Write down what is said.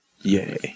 Yay